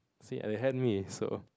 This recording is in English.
see I had me so